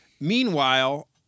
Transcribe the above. Meanwhile